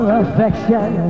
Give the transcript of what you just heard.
affection